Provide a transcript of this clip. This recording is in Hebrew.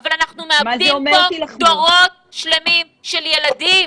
-- אבל אנחנו מאבדים פה דורות שלמים של ילדים.